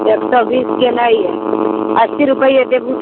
एक सओ बीसके नहि हय अस्सी रुपये देबहू तऽ बोलऽ